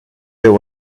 there